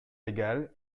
légal